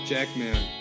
Jackman